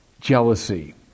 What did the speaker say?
jealousy